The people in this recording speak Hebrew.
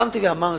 קמתי ואמרתי: